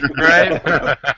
Right